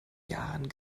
jahren